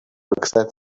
accept